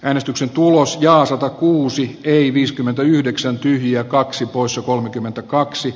äänestyksen tulos ja se toi kuusi ei viiskymmentäyhdeksää tyhjiä kaksi arvoisa puhemies